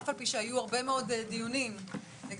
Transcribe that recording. אף על פי שהיו הרבה מאוד דיונים לגבי